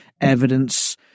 evidence